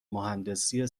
مهندسی